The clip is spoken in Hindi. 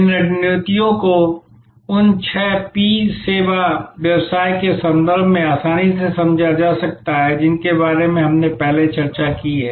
इन रणनीतियों को उन छह पी सेवा व्यवसाय के संदर्भ में आसानी से समझा जा सकता है जिनके बारे में हमने पहले चर्चा की है